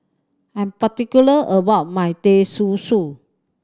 I'm particular about my Teh Susu